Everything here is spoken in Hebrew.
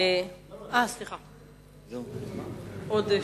שאילתא מס'